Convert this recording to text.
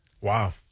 Wow